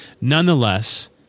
Nonetheless